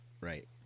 Right